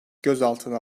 gözaltına